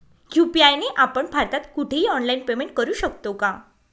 UPI ने आपण भारतात कुठेही ऑनलाईन पेमेंट करु शकतो का?